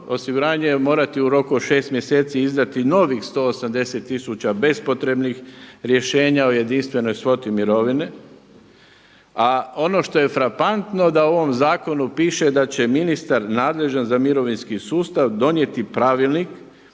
osiguranje morati u roku od 6 mjeseci izdati novih 180 tisuća bespotrebnih rješenja o jedinstvenoj svoti mirovine, a ono što je frapantno da u ovom zakonu piše da će ministar nadležan za mirovinski sustav donijeti pravilnik